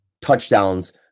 touchdowns